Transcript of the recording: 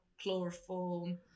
chloroform